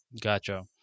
Gotcha